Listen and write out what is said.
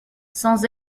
sans